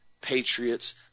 patriots